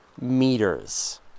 meters